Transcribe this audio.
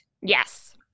Yes